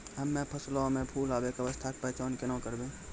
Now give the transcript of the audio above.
हम्मे फसलो मे फूल आबै के अवस्था के पहचान केना करबै?